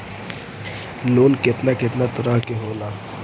Loan केतना केतना तरह के होला?